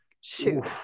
shoot